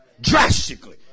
drastically